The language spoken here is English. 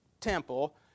temple